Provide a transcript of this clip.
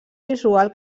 visual